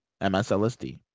MSLSD